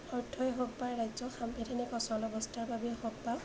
অৰ্থই হওক বা ৰাজ্যৰ সাংবিধানিক অচল অৱস্থাৰ বাবেই হওক বা